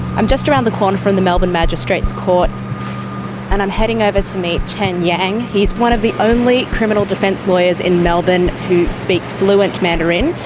i'm around the corner from the melbourne magistrates' court and i'm heading over to meet chen yang. he's one of the only criminal defence lawyers in melbourne who speaks fluent mandarin.